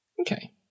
Okay